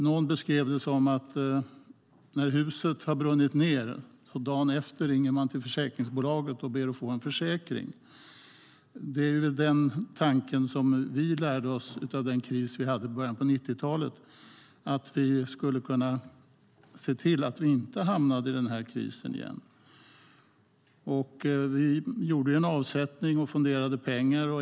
Någon sade att det är ungefär som när huset har brunnit ned och man dagen efter ringer till försäkringsbolaget och ber att få en försäkring. Det vi lärde oss av den kris vi hade i början av 90-talet var att se till att inte hamna i en sådan kris igen. Vi gjorde en avsättning och fonderade pengar.